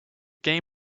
game